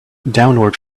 downward